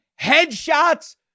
Headshots